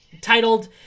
titled